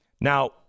Now